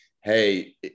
Hey